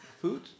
food